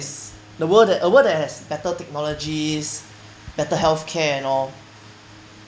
a world a world that has better technologies better health care and all